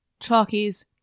Chalkies